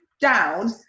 down